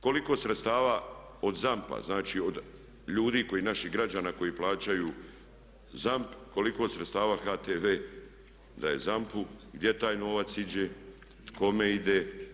Koliko sredstava od ZAMP-a, znači od ljudi kao i naših građana koji plaćaju ZAMP, koliko sredstava HTV daje ZAMP-u, gdje taj novac ide, kome ide.